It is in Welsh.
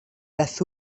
beth